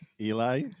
Eli